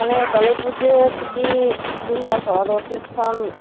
ᱚᱱᱮ ᱠᱟᱹᱞᱤ ᱯᱩᱡᱟᱹ ᱪᱷᱩᱴᱤ ᱦᱩᱭᱩᱜᱼᱟ ᱛᱚ ᱟᱫᱚ ᱛᱤᱥᱠᱷᱚᱱ